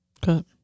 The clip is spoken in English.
Good